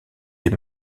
des